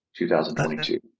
2022